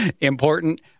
important